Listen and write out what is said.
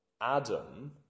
Adam